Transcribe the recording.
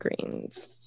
greens